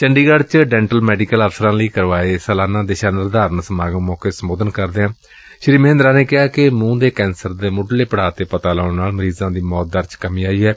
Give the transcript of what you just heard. ਚੰਡੀਗੜ੍ ਚ dental medical ਅਫਸਰਾਂ ਲਈ ਕਰਵਾਏ ਸਾਲਾਨਾ ਦਿਸ਼ਾ ਨਿਰਧਾਰਨ ਸਮਾਗਮ ਮੌਕੇ ਸੰਬੋਧਨ ਕਰਦਿਆਂ ਸ੍ਰੀ ਮਹਿੰਦਰਾ ਨੇ ਕਿਹਾ ਕਿ ਮੁੰਹ ਦੇ ਕੈਂਸਰ ਦਾ ਮੁਢਲੇ ਪੜਾਅ ਤੇ ਪਤਾ ਲਾਉਣ ਨਾਲ ਮਰੀਜਾਂ ਦੀ ਮੌਤ ਦਰ ਚ ਕਮੀ ਆਈ ਏ